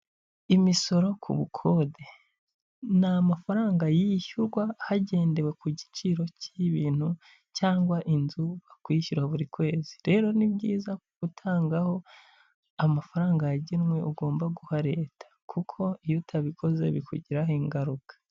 Imisoro ku bukode ni amafaranga yishyurwa hagendewe ku giciro cy'ibintu cyangwa inzu, bakwishyura buri kwezi, rero ni byiza gutangaho amafaranga yagenwe ugomba guha leta, kuko iyo utabikoze bikugiraho ingaruka.